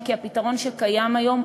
אינו נוכח קארין אלהרר,